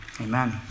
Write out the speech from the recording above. amen